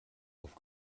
auf